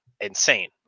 insane